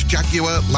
Jaguar